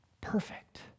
Perfect